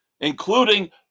including